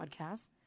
podcast